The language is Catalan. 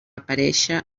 aparèixer